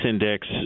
Index